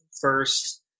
first